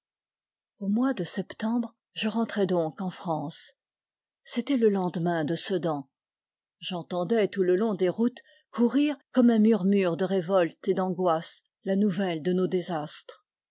au mois de septembre je rentrai donc en france c'était le lendemain de sedan j'entendais tout le long des routes courir comme un murmure de révolte et d'angoisse la nouvelle de nos désastres